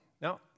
Now